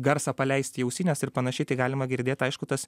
garsą paleist į ausines ir panašiai tai galima girdėt aišku tas